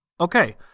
Okay